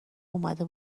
اومده